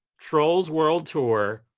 trolls world tour,